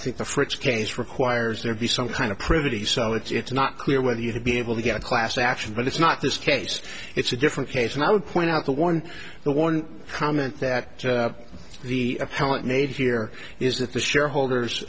think the fritz case requires there be some kind of pretty solid it's not clear whether you'd be able to get a class action but it's not this case it's a different case and i would point out the one the one comment that the appellant made here is that the shareholders